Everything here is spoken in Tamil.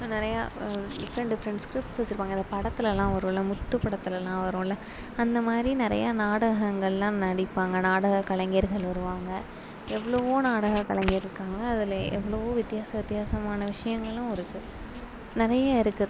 இன்னும் நிறையா டிஃபரண்ட் டிஃபரண்ட் ஸ்கிரிப்ட்ஸ் வச்சி இருப்பாங்க இந்த படத்துலலாம் வருல முத்து படத்துலலாம் வருல அந்தமாதிரி நிறையா நாடகங்கள்லாம் நடிப்பாங்க நாடக கலைஞர்கள் வருவாங்க எவ்வளவோ நாடக கலைஞர் இருக்காங்க அதில் எவ்வளவோ வித்தியாசம் வித்தியாசமான விஷயங்களும் இருக்கு நிறையா இருக்கு